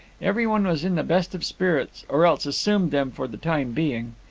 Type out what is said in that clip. every one was in the best of spirits, or else assumed them for the time being.